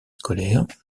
scolaires